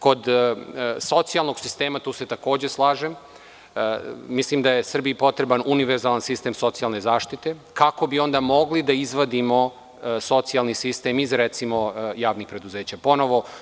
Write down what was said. Kod socijalnog sistema, tu se takođe slažem, mislim da je Srbiji potreban univerzalan sistem socijalne zaštite, kako bi onda mogli da izvadimo socijalni sistem iz javnih preduzeća ponovo.